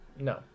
no